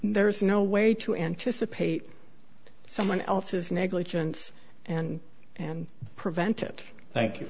there's no way to anticipate someone else's negligence and and prevent it